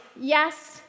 yes